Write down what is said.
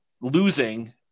losing